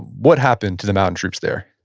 what happened to the mountain troops there?